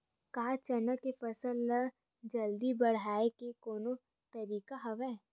का चना के फसल ल जल्दी बढ़ाये के कोनो तरीका हवय?